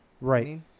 Right